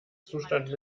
zustand